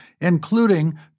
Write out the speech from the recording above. including